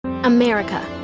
America